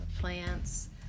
plants